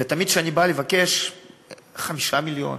ותמיד כשאני בא לבקש 5 מיליון,